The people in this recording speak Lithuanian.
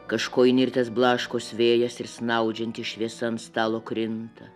kažko įnirtęs blaškos vėjas ir snaudžianti šviesa ant stalo krinta